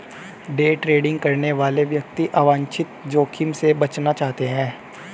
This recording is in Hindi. डे ट्रेडिंग करने वाले व्यक्ति अवांछित जोखिम से बचना चाहते हैं